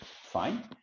fine